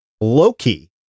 Loki